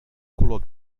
color